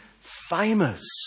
famous